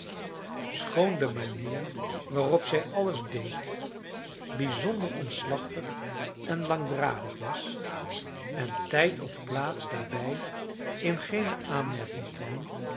schoon de manier waarop zij alles deed bijzonder omslachtig en langdradig was en tijd of plaats daarbij in geene aanmerking kwam schoon